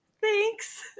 Thanks